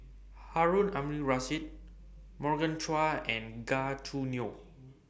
Harun Aminurrashid Morgan Chua and Gan Choo Neo